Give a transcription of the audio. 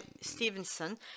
Stevenson